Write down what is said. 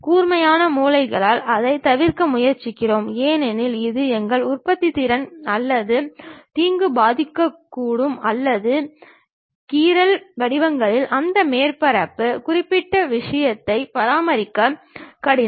கூர்மையான மூலைகளால் அதைத் தவிர்க்க முயற்சிக்கிறோம் ஏனெனில் இது எங்கள் உற்பத்தித்திறன் அல்லது தீங்கு பாதிக்கக்கூடும் அல்லது கீறல் வடிவங்கள் அந்த மேற்பரப்பு குறிப்பிட்ட விஷயத்தை பராமரிப்பது கடினம்